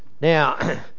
now